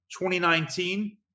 2019